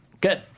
Good